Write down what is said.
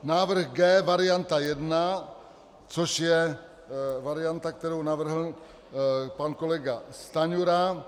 Návrh G varianta 1, což je varianta, kterou navrhl pan kolega Stanjura.